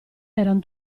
eran